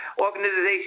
organization